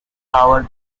power